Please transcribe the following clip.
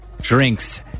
drinks